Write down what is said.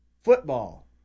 Football